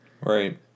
Right